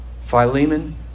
Philemon